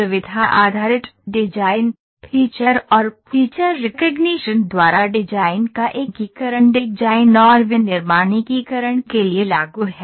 सुविधा आधारित design feature और फीचर रिकग्निशन द्वारा डिजाइन का एकीकरण डिजाइन और विनिर्माण एकीकरण के लिए लागू है